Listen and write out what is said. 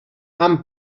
han